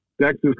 Texas